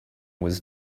was